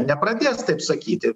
nepradės taip sakyti